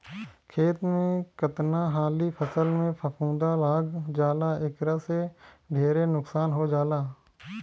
खेत में कतना हाली फसल में फफूंद लाग जाला एकरा से ढेरे नुकसान हो जाला